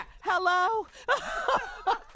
Hello